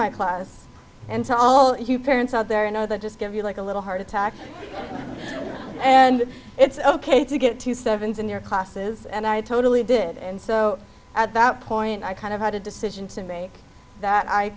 my class and all you parents out there another just give you like a little heart attack and it's ok to get two sevens in their classes and i totally did and so at that point i kind of had a decision to make that i